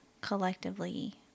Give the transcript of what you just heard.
collectively